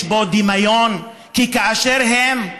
יש בו דמיון, כי כאשר הן,